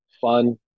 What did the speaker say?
fun